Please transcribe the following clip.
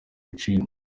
ibiciro